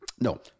No